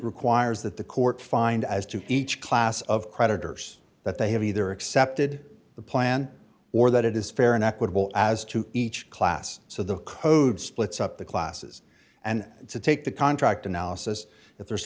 requires that the court find as to each class of creditors that they have either accepted the plan or that it is fair and equitable as to each class so the code splits up the classes and to take the contract analysis if there's